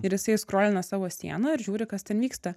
ir jisai skrolina savo sieną ir žiūri kas ten vyksta